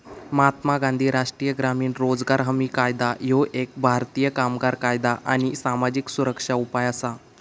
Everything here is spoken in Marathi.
महात्मा गांधी राष्ट्रीय ग्रामीण रोजगार हमी कायदा ह्यो एक भारतीय कामगार कायदा आणि सामाजिक सुरक्षा उपाय असा